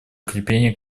укрепление